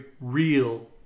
real